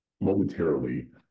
momentarily